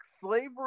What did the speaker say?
slavery